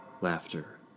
Laughter